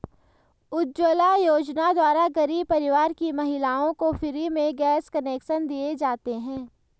उज्जवला योजना द्वारा गरीब परिवार की महिलाओं को फ्री में गैस कनेक्शन दिए जाते है